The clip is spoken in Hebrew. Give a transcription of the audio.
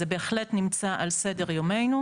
אז זה בהחלט נמצא על סדר יומנו,